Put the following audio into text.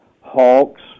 hawks